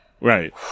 right